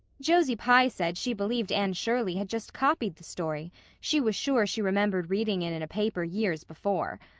josie pye said she believed anne shirley had just copied the story she was sure she remembered reading it in a paper years before.